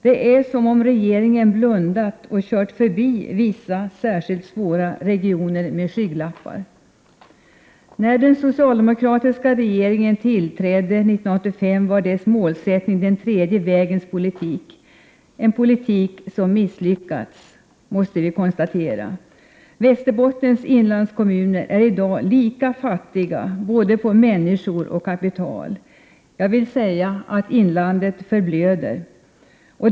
Det är som om regeringen blundat och kört förbi vissa särskilt svåra regioner med skygglappar. När den socialdemokratiska regeringen tillträdde 1985 var dess målsättning den tredje vägens politik — en politik som misslyckats, måste vi konstatera. Västerbottens inlandskommuner är i dag lika fattiga både på människor och på kapital. Jag vill påstå att inlandet förblöder.